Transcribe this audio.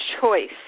choice